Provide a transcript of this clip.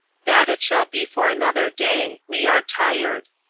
that it shall be for another day we are tired.